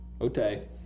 Okay